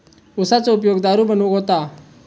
उसाचो उपयोग दारू बनवूक होता